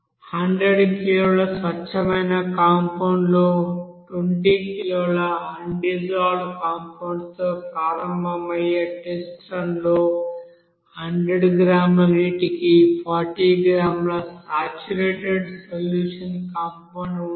100 కిలోల స్వచ్ఛమైన కాంపౌండ్ లో 20 కిలోల అన్ డిజాల్వ్డ్ కాంపౌండ్ తో ప్రారంభమయ్యే టెస్ట్ రన్ లో 100 గ్రాముల నీటికి 40 గ్రాముల సాచురేటెడ్ సొల్యూషన్ కాంపౌండ్ ఉంటుంది